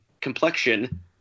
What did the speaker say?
complexion